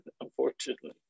Unfortunately